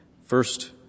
First